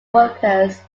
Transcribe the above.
workers